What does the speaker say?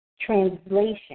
translation